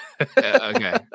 Okay